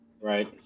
right